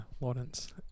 Lawrence